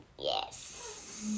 Yes